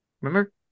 Remember